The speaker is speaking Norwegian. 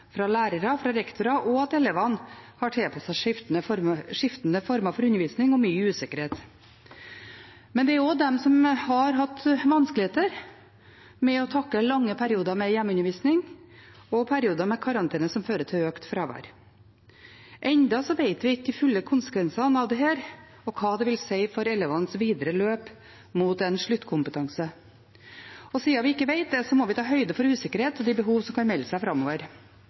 fra lærere og rektorer og at elevene har tilpasset seg skiftende former for undervisning og mye usikkerhet. Men det er også de som har hatt vanskeligheter med å takle lange perioder med hjemmeundervisning og perioder med karantene som har ført til økt fravær. Ennå kjenner vi ikke de fulle konsekvensene av dette og hva det vil ha å si for elevenes videre løp mot en sluttkompetanse. Siden vi ikke vet det, må vi ta høyde for usikkerhet og for de behovene som kan melde seg framover.